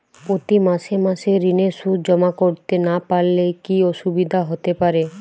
প্রতি মাসে মাসে ঋণের সুদ জমা করতে না পারলে কি অসুবিধা হতে পারে?